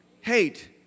Hate